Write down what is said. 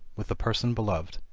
with the person beloved,